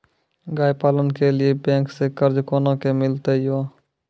गाय पालन के लिए बैंक से कर्ज कोना के मिलते यो?